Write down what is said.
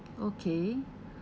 okay